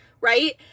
right